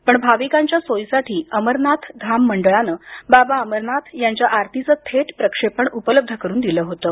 पण भाविकांच्या सोयीसाठी अमरनाथ धाम मंडळानं बाबा अमरनाथ यांच्या आरतीचं थेट प्रक्षेपण उपलब्ध करून दिलं होतं